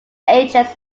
agents